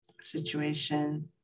situation